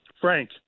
Frank